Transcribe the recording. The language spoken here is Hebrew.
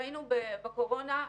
ראינו בקורונה,